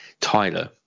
tyler